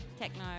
techno